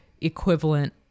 equivalent